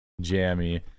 jammy